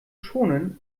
schonen